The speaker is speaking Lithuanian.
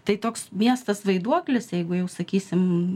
tai toks miestas vaiduoklis jeigu jau sakysim